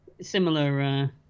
similar